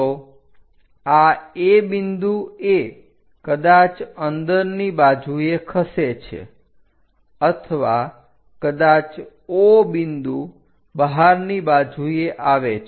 તો આ A બિંદુ એ કદાચ અંદરની બાજુએ ખસે છે અથવા કદાચ O બિંદુ બહારની બાજુએ આવે છે